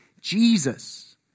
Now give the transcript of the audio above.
Jesus